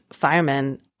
firemen